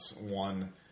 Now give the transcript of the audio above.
one